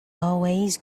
always